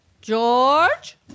George